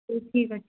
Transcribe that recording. ହଉ ଠିକ୍ ଅଛି